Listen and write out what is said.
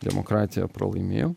demokratija pralaimėjo